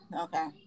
Okay